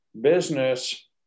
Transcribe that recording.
business